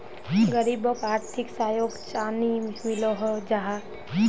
गरीबोक आर्थिक सहयोग चानी मिलोहो जाहा?